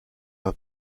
were